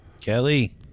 Kelly